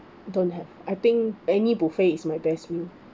don't have I think any buffet is my best meal